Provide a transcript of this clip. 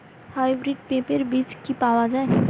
Hybrid পেঁপের বীজ কি পাওয়া যায়?